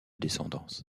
descendance